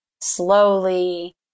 slowly